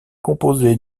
composé